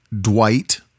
Dwight